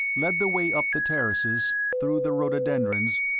led the way up the terraces, through the rhododendrons,